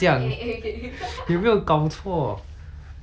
!walao! 是 like 我都跟你跳舞跳这样久 liao 是不是